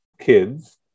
kids